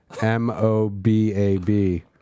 M-O-B-A-B